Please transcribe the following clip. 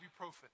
ibuprofen